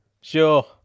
Sure